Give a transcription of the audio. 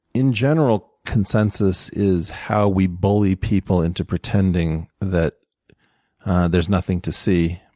in general, consensus is how we bully people into pretending that there's nothing to see,